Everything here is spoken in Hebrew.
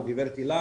או גברת הילה,